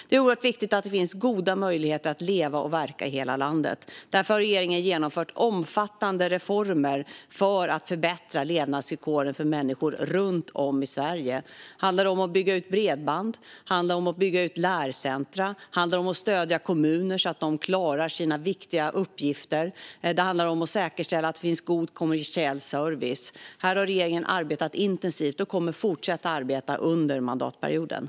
Det är oerhört viktigt att det finns goda möjligheter att leva och verka i hela landet. Därför har regeringen genomfört omfattande reformer för att förbättra levnadsvillkoren för människor runt om i Sverige. Det handlar om att bygga ut bredband, bygga ut lärcentrum och stödja kommuner så att de klarar sina viktiga uppgifter. Det handlar också om att säkerställa att det finns god kommersiell service. Regeringen har här arbetat intensivt och kommer under mandatperioden att fortsätta att arbeta med detta.